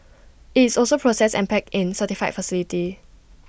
IT is also processed and packed in certified facility